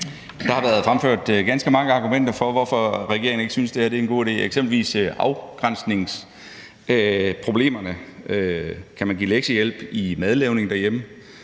Der har været fremført ganske mange argumenter for, hvorfor regeringen ikke synes, at det her er en god idé, eksempelvis afgrænsningsproblemerne. Kan man give lektiehjælp i madlavning derhjemme?